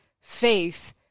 faith